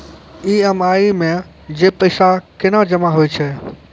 EMI मे जे पैसा केना जमा होय छै?